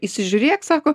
įsižiūrėk sako